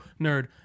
Nerd